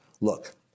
Look